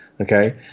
okay